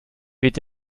weht